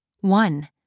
one